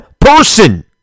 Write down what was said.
person